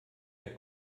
der